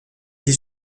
dix